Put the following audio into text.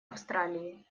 австралии